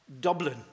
Dublin